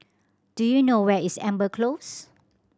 do you know where is Amber Close